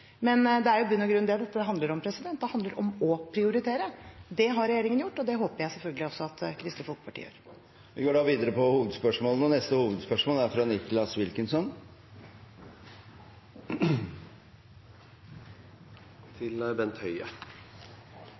Det er i bunn og grunn det dette handler om – det handler om å prioritere. Det har regjeringen gjort, og det håper jeg selvfølgelig også at Kristelig Folkeparti gjør. Vi går